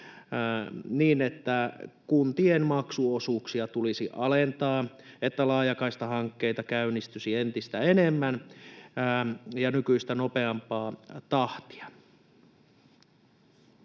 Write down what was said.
niin, että kuntien maksuosuuksia tulisi alentaa, niin että laajakaistahankkeita käynnistyisi entistä enemmän ja nykyistä nopeampaa tahtia.